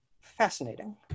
fascinating